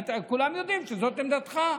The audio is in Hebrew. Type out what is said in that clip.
כולם יודעים שזאת עמדתך,